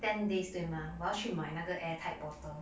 ten days 对吗我要去买那个 air tight bottle